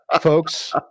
folks